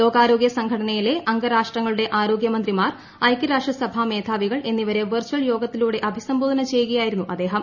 ലോകാരോഗ്യ സംഘടന യിലെ അംഗരാഷ്ട്രങ്ങളുടെ ആരോഗൃമന്ത്രിമാർ ഐകൃ രാഷ്ട്രസഭാ മേധാവികൾ എന്നിവരെ വെർചൽ യോഗത്തി ലൂടെ അഭിസംബോധന ചെയ്യുകയായിരുന്നു അദ്ദേഹം